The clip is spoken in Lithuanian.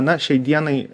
na šiai dienai